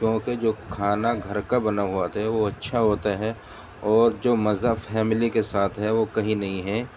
کیونکہ جو کھانا گھر کا بنا ہوا ہوتا ہے وہ اچھا ہوتا ہے اور جو مزہ فیملی کے ساتھ ہے وہ کہیں نہیں ہے